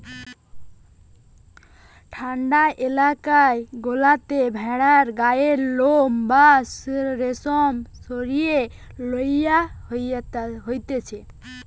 ঠান্ডা এলাকা গুলাতে ভেড়ার গায়ের লোম বা রেশম সরিয়ে লওয়া হতিছে